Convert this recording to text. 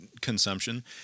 consumption